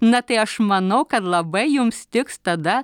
na tai aš manau kad labai jums tiks tada